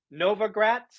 Novogratz